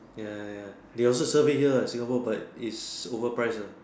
ya ya ya ya they also serve it here what Singapore but it's overpriced ah